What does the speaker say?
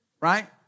Right